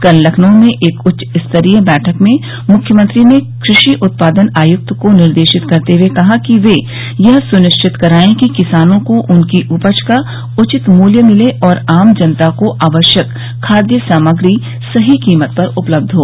कल लखनऊ में एक उच्च स्तरीय बैठक में मुख्यमंत्री ने कृषि उत्पादन आयुक्त को निर्देशित करते हुए कहा कि वे यह सुनिश्चित कराएं कि किसानों को उनकी उपज का उचित मूल्य मिले और आम जनता को आवश्यक खाद्य सामग्री सही कीमत पर उपलब्ध हो